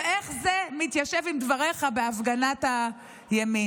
ואיך זה מתיישב עם דבריך בהפגנת הימין.